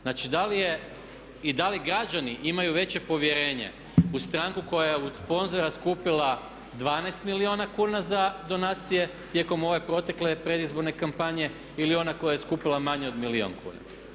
Znači, da li građani imaju veće povjerenje u stranku koja je uz sponzora skupila 12 milijuna kuna za donacije tijekom ove protekle predizborne kampanje ili ona koja je skupila manje od milijun kuna.